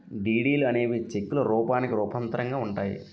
డీడీలు అనేవి చెక్కుల రూపానికి రూపాంతరంగా ఉంటాయి